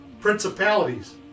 principalities